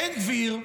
בן גביר,